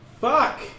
Fuck